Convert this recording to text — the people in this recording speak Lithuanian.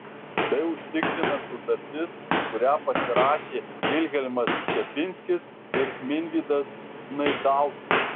tai užtikrina sutartis kurią pasirašė vilhelmas čepinskis ir minvydas znaidauskas